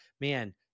man